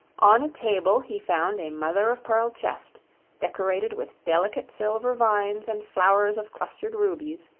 on a table he found a mother-of-pearl chest decorated with delicate silver vines and flowers of clustered rubies,